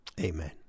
Amen